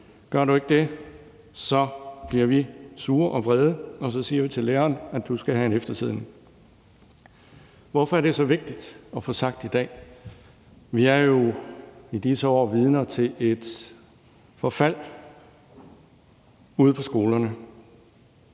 Gør du ikke det, bliver vi sure og vrede, og så siger vi til læreren, at du skal have en eftersidning. Hvorfor er det så vigtigt at få sagt i dag? Vi er jo i disse år vidner til et forfald ude på skolerne.